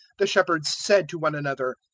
the shepherds said to one another,